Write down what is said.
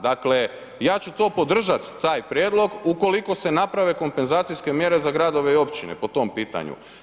Dakle ja ću to podržati taj prijedlog ukoliko se naprave kompenzacijske mjere za gradove i općine po tom pitanju.